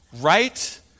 Right